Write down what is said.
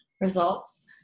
results